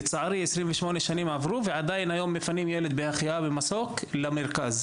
לצערי 28 שנים עברו ועדיין היום מפנים ילד בהחייאה במסוק למרכז,